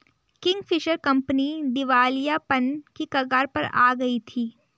Kingfisher company दिवालियापन की कगार पर आ गई थी